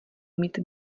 mít